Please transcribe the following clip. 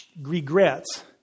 regrets